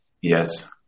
Yes